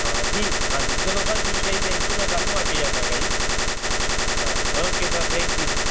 ਹਾਂ ਜੀ ਹਾਂ ਜੀ ਚਲੋ ਸਰ ਠੀਕ ਹੈ ਜੀ ਥੈਂਕ ਯੂ ਮੈਂ ਕੱਲ੍ਹ ਨੂੰ ਆ ਕੇ ਜਾਂਦਾ ਗਾ ਜੀ ਹਾਂਜੀ ਓਕੇ ਸਰ ਥੈਂਕ ਯੂ ਜੀ